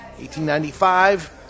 1895